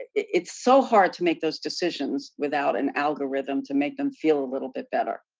it's so hard to make those decisions without an algorithm to make them feel a little bit better.